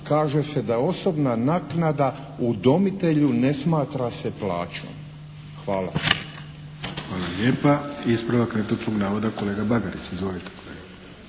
kaže se da osobna naknada udomitelju ne smatra se plaćom. Hvala. **Arlović, Mato (SDP)** Hvala lijepa. Ispravak netočnog navoda kolega Bagarić. Izvolite